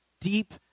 deep